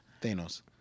Thanos